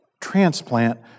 transplant